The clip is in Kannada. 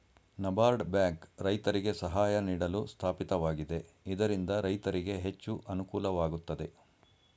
ನಬಾರ್ಡ್ ಬ್ಯಾಂಕ್ ರೈತರಿಗೆ ಸಹಾಯ ನೀಡಲು ಸ್ಥಾಪಿತವಾಗಿದೆ ಇದರಿಂದ ರೈತರಿಗೆ ಹೆಚ್ಚು ಅನುಕೂಲವಾಗುತ್ತದೆ